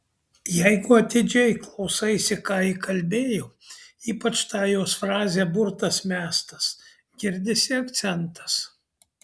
jeigu atidžiai klausaisi ką ji kalbėjo ypač tą jos frazę burtas mestas girdisi akcentas